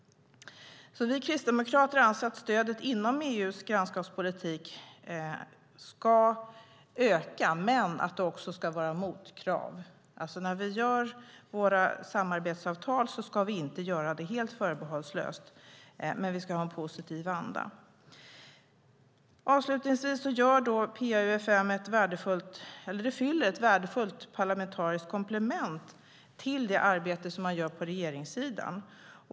Vi kristdemokrater anser att stödet inom EU:s grannskapspolitik ska öka, men det ska också vara motkrav. När vi upprättar våra samarbetsavtal ska vi inte göra det helt förbehållslöst, men vi ska ha en positiv anda. Avslutningsvis utgör PA-UfM ett värdefullt parlamentariskt komplement till det arbete som bedrivs på regeringssidan.